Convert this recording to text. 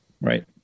right